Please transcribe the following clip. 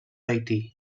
haití